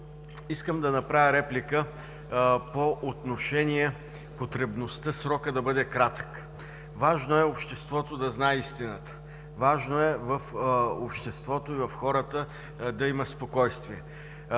Искам да направя реплика по отношение потребността срокът да бъде кратък. Важно е обществото да знае истината. Важно е в обществото, в хората да има спокойствие.